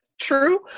true